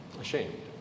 ashamed